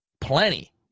plenty